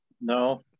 No